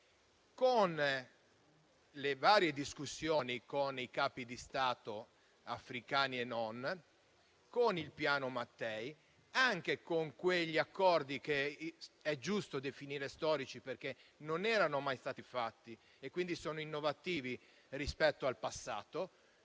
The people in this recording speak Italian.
con le varie discussioni con i capi di Stato, africani e non, con il Piano Mattei e anche con quegli accordi che è giusto definire storici perché, non essendo mai stati fatti, sono innovativi rispetto al passato.